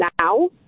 now